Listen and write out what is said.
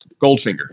Goldfinger